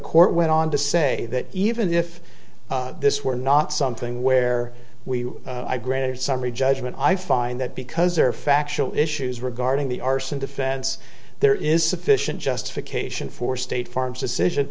court went on to say that even if this were not something where we granted summary judgment i find that because there are factual issues regarding the arson defense there is sufficient justification for state farm's decision